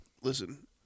listen